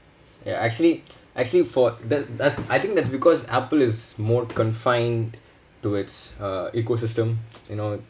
ya actually actually for that that's I think that's because apple is more confined to its uh ecosystem you know